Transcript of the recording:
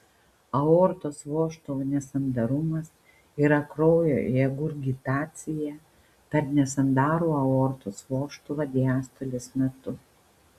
aortos vožtuvo nesandarumas yra kraujo regurgitacija per nesandarų aortos vožtuvą diastolės metu